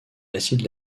acide